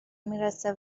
میرسه